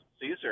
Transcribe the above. caesar